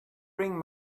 bring